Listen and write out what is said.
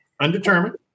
undetermined